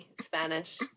Spanish